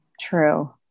True